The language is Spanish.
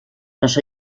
los